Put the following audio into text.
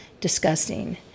disgusting